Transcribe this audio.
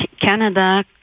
Canada